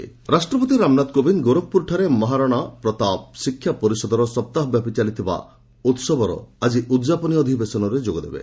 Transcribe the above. president Gorakhpur ରାଷ୍ଟ୍ରପତି ରାମନାଥ କୋବିନ୍ଦ ଗୋରଖପୁରଠାରେ ମହାରଣା ପ୍ରତାପ ଶିକ୍ଷା ପରିଷଦର ସପ୍ତାହ ବ୍ୟାପି ଚାଲିଥିବା ଉସବର ଆଜି ଉଦ୍ଯାପନୀ ଅଧିବେଶନରେ ଯୋଗଦେବ